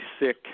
sick